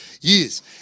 years